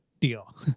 deal